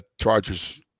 Chargers